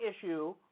issue